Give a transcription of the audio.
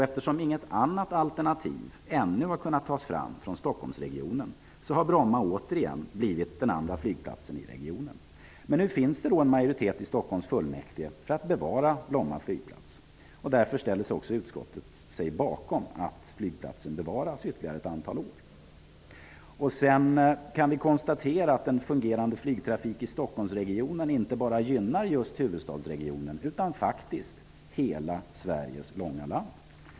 Eftersom inget annat alternativ ännu har kunnat tas fram från Stockholmsregionen har Bromma återigen blivit den andra flygplatsen i regionen. Nu finns det en majoritet i Stockholms kommunfullmäktige för att bevara Bromma flyplats. Därför ställer sig utskottet bakom förslaget att Bromma flygplats skall bevaras ytterligare ett antal år. Vi kan konstatera att en fungerande flygtrafik i Stockholmsregionen inte bara gynnar just huvudstadsregionen utan hela vårt avlånga land.